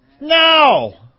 now